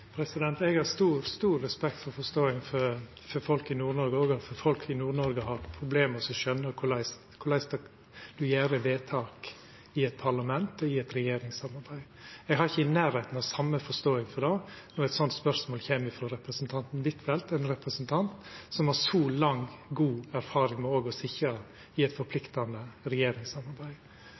Eg har stor respekt og forståing for at folk i Nord-Noreg har problem med å skjøna korleis ein gjer vedtak i eit parlament og i eit regjeringssamarbeid. Eg har ikkje i nærleiken av same forståing for at eit slikt spørsmål kjem frå representanten Huitfeldt, ein representant som har så lang og god erfaring med òg å sitja i eit forpliktande regjeringssamarbeid.